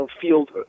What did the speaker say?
field